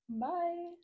Bye